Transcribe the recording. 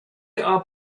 are